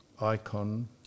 icon